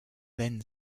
then